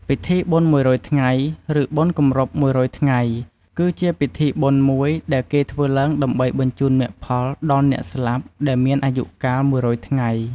ពិធីបុណ្យមួយរយថ្ងៃ ឬ បុណ្យគម្រប់ ១០០ថ្ងៃ គឺជាពិធីបុណ្យមួយដែលគេធ្វើឡើងដើម្បីបញ្ជូនមគ្គផលដល់អ្នកស្លាប់ដែលមានអាយុកាលមួយរយថ្ងៃ។